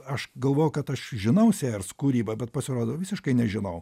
aš galvojau kad aš žinau sėjers kūrybą bet pasirodo visiškai nežinau